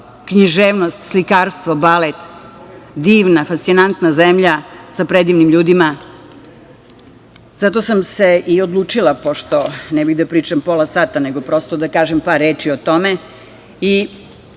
književnost, slikarstvo, balet. Divna fascinantna zemlja sa predivnim ljudima. Zato sam se i odlučila, pošto ne bih da pričam pola sata, nego prosto da kažem par reči o tome,